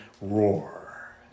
roar